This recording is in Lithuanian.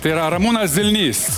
tai yra ramūnas zilnys